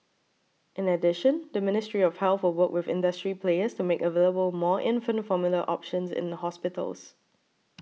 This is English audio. in addition the Ministry of Health will work with industry players to make available more infant formula options in a hospitals